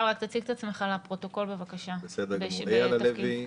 אייל הלוי,